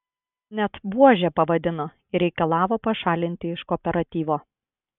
net buože pavadino ir reikalavo pašalinti iš kooperatyvo